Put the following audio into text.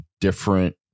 different